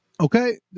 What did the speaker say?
Okay